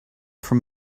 from